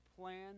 plan